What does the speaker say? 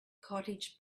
cottage